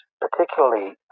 particularly